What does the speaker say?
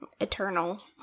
eternal